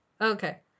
okay